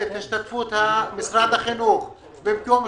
קטי, אני מבקש,